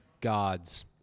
gods